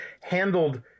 handled